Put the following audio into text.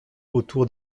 autour